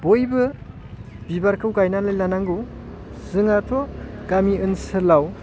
बयबो बिबारखौ गायनानै लानांगौ जोंहाथ' गामि ओनसोलाव